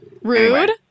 Rude